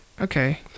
Okay